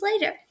later